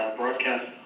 broadcast